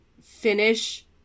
finish